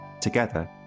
Together